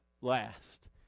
last